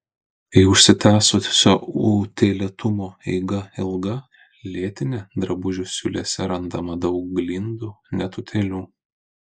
kai užsitęsusio utėlėtumo eiga ilga lėtinė drabužių siūlėse randama daug glindų net utėlių